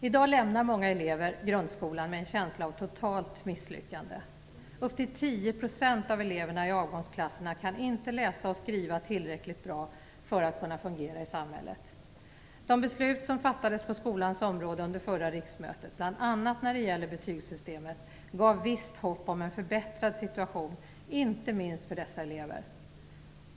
I dag lämnar många elever grundskolan med en känsla av totalt misslyckande. Upp till 10 % av eleverna i avgångsklasserna kan inte läsa och skriva tillräckligt bra för att kunna fungera i samhället. De beslut som fattades på skolans område under det förra riksmötet, bl.a. när det gäller betygssystemet, gav visst hopp om en förbättrad situation inte minst för dessa elever.